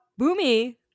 Boomy